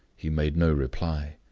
he made no reply.